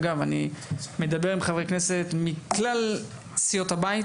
אגב, אני מדבר עם חברי כנסת מכלל סיעות הבית.